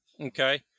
Okay